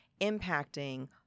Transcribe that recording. impacting